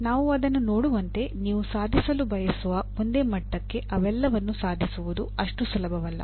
ನಾವು ಅದನ್ನು ನೋಡುವಂತೆ ನೀವು ಸಾಧಿಸಲು ಬಯಸುವ ಒಂದೇ ಮಟ್ಟಕ್ಕೆ ಅವೆಲ್ಲವನ್ನೂ ಸಾಧಿಸುವುದು ಅಷ್ಟು ಸುಲಭವಲ್ಲ